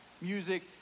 Music